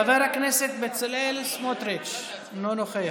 חבר הכנסת בצלאל סמוטריץ' אינו נוכח,